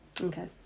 Okay